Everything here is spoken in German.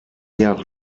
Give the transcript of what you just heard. jahre